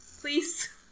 please